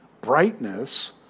brightness